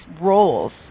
roles